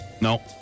No